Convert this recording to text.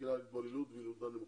בגלל התבוללות וילודה נמוכה.